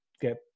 get